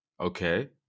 Okay